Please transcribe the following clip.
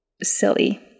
silly